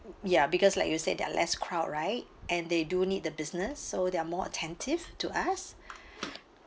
ya because like you said there are less crowd right and they do need the business so they are more attentive to us